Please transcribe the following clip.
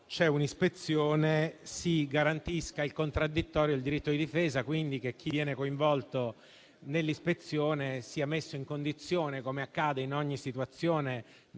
c'è un'ispezione, si garantiscano il contraddittorio e il diritto di difesa. Quindi, chiediamo che chi viene coinvolto nell'ispezione sia messo nella condizione, come accade in ogni situazione,